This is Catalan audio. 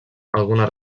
algunes